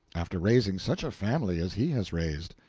after raising such a family as he has raised.